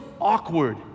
awkward